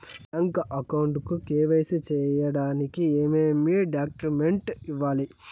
Bank account కు KYC సేయడానికి ఏమేమి డాక్యుమెంట్ ఇవ్వాలి?